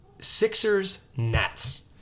Sixers-Nets